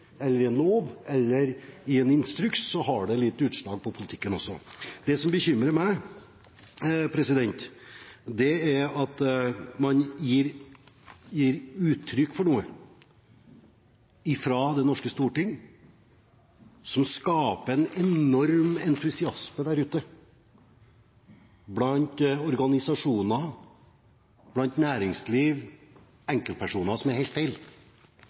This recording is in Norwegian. det litt utslag på politikken også. Det som bekymrer meg, er at man fra det norske storting gir uttrykk for noe som skaper en enorm entusiasme der ute blant organisasjoner, næringsliv og enkeltpersoner, som er helt feil.